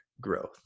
growth